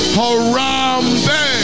harambe